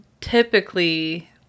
typically